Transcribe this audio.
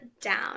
down